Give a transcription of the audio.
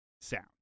sound